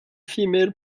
female